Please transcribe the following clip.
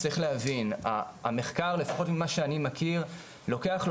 צריך להבין המחקר לפחות ממה שאני מכיר לוקח לו